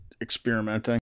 experimenting